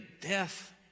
death